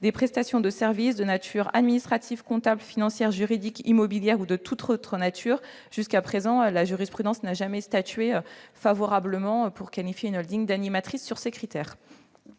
des prestations de services de nature administrative, comptable, financière, juridique, immobilière ou de toute autre nature. Jusqu'à présent, la jurisprudence n'a jamais statué favorablement pour qualifier une d'animatrice sur la base